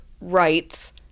rights